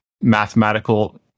mathematical